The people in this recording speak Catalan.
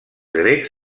grecs